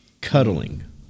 cuddling